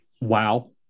wow